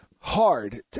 hard